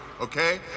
okay